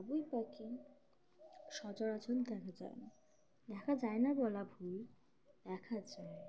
বাবুই পাখি সচরাচর দেখা যায় না দেখা যায় না বলা ভুল দেখা যায়